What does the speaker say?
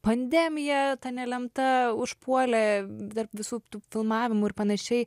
pandemija ta nelemta užpuolė dar visų tų filmavimų ir panašiai